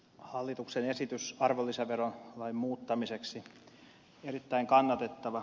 hallituksen esitys arvonlisäverolain muuttamiseksi on erittäin kannatettava